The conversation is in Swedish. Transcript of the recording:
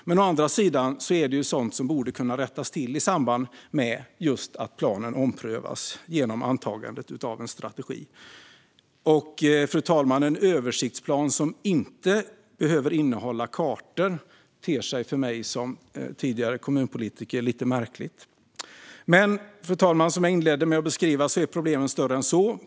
Men å andra sidan är det sådant som borde kunna rättas till i samband med just att planen omprövas genom antagandet av en strategi. Fru talman! En översiktsplan som inte behöver innehålla kartor ter sig för mig som tidigare kommunpolitiker lite märklig. Som jag inledde med att beskriva är problemen större än så.